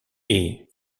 est